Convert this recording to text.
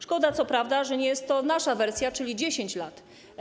Szkoda co prawda, że nie jest to nasza wersja, czyli 10 lat.